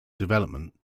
development